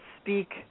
speak